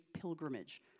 pilgrimage